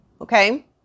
Okay